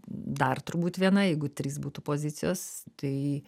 dar turbūt viena jeigu trys būtų pozicijos tai